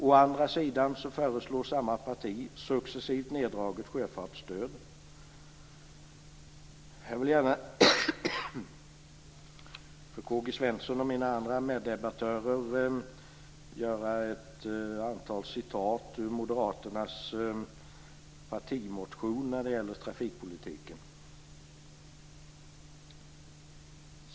Å andra sida föreslår samma parti ett successivt neddraget sjöfartsstöd. Jag vill gärna för K-G Svenson och mina andra meddebattörer anföra ett antal citat ur moderaternas partimotion när det gäller trafikpolitiken.